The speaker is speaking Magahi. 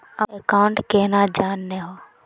अकाउंट केना जाननेहव?